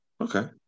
Okay